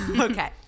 okay